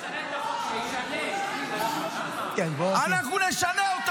נשנה את החוק --- אנחנו נשנה אותו,